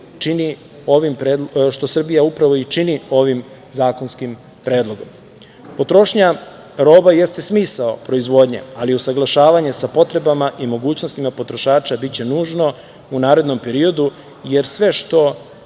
što Srbija upravo i čini ovim zakonskim predlogom. Potrošnja roba jeste smisao proizvodnje, ali i usaglašavanje sa potrebama i mogućnostima potrošača biće nužno u narednom periodu, jer sve što